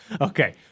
Okay